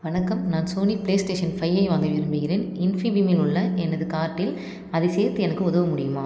வணக்கம் நான் Sony play station ஃபையை வாங்க விரும்புகிறேன் இன்ஃபீபீமில் உள்ள எனது கார்ட்டில் அதைச் சேர்த்து எனக்கு உதவ முடியுமா